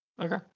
Okay